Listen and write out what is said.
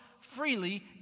freely